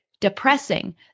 depressing